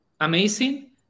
Amazing